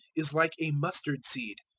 is like a mustard-seed,